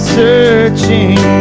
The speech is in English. searching